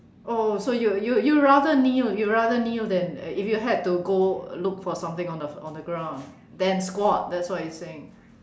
oh so you you you rather kneel you rather kneel than if you had go look for something on the on the ground than squat that's what you're saying